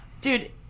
Dude